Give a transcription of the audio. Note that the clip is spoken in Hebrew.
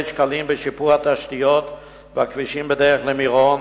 שקלים בשיפור התשתיות והכבישים בדרך למירון